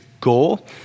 goal